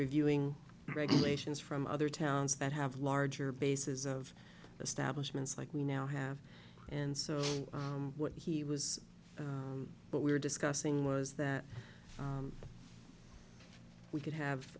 reviewing regulations from other towns that have larger bases of establishment is like we now have and so what he was what we were discussing was that we could have